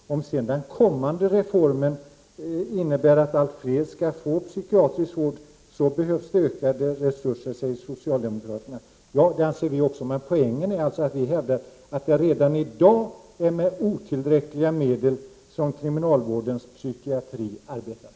Om sedan den kommande reformen innebär att allt fler skall få psykiatrisk vård så behövs det ökade resurser, säger socialdemokraterna. Ja, det anser vi också. Men poängen är alltså att vi hävdar att kriminalvårdens psykiatri redan i dag arbetar med otillräckliga medel.